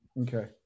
Okay